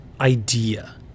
idea